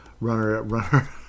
Runner-runner